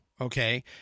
Okay